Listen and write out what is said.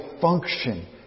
function